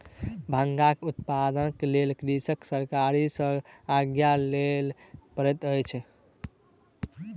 भांगक उत्पादनक लेल कृषक सरकार सॅ आज्ञा लिअ पड़ैत अछि